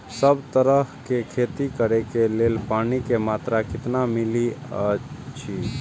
सब तरहक के खेती करे के लेल पानी के मात्रा कितना मिली अछि?